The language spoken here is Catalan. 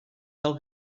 del